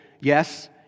Yes